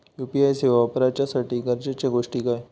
UPI सेवा वापराच्यासाठी गरजेचे गोष्टी काय?